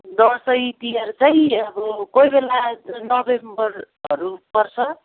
दसैँ तिहार चाहिँ अब कोही बेला नोभेम्बरहरू पर्छ